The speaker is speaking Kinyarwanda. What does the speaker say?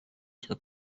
cya